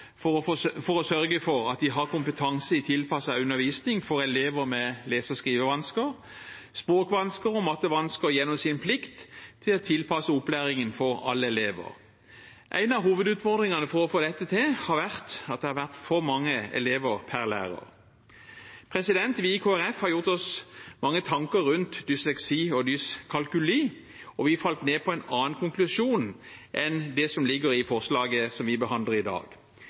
for å sørge for at de har kompetanse i tilpasset undervisning for elever med lese- og skrivevansker, språkvansker og mattevansker, gjennom sin plikt til å tilpasse opplæringen for alle elever. En av hovedutfordringene for å få dette til har vært at det er for mange elever per lærer. Vi i Kristelig Folkeparti har gjort oss mange tanker rundt dysleksi og dyskalkuli, og vi falt ned på en annen konklusjon enn det som ligger i forslaget vi behandler i dag.